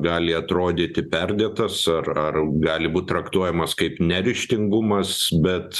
gali atrodyti perdėtas ar ar gali būt traktuojamas kaip neryžtingumas bet